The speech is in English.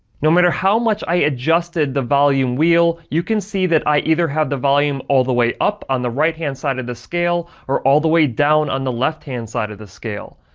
no matter how much i adjusted the volume wheel, you can see that i either had the volume all the way up on the right hand side of the scale or all the way down on the left hand side of the scale.